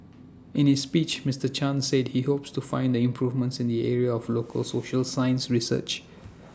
in his speech Mister chan said he hopes to find the improvements in the area of local social science research